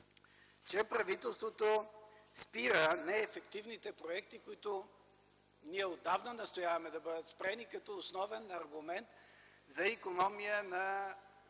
че правителството спира неефективните проекти, които ние отдавна настояваме да бъдат спрени, като основен аргумент за икономия на